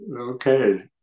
Okay